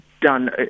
done